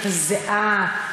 את הזיעה,